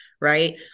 right